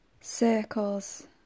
circles